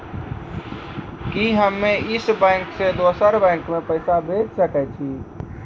कि हम्मे इस बैंक सें दोसर बैंक मे पैसा भेज सकै छी?